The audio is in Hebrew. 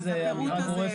כל דין זאת אמירה גורפת.